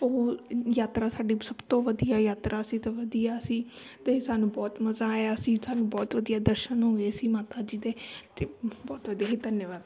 ਉਹ ਯਾਤਰਾ ਸਾਡੀ ਸਭ ਤੋਂ ਵਧੀਆ ਯਾਤਰਾ ਸੀ ਅਤੇ ਵਧੀਆ ਸੀ ਅਤੇ ਸਾਨੂੰ ਬਹੁਤ ਮਜ਼ਾ ਆਇਆ ਸੀ ਸਾਨੂੰ ਬਹੁਤ ਵਧੀਆ ਦਰਸ਼ਨ ਹੋਏ ਸੀ ਮਾਤਾ ਜੀ ਦੇ ਅਤੇ ਬਹੁਤ ਵਧੀਆ ਸੀ ਧੰਨਵਾਦ